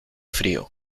frío